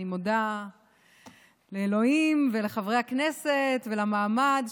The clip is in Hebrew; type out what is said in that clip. אני מודה לאלוהים ולחברי הכנסת ולמעמד,